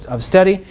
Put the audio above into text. of study,